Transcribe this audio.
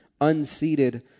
unseated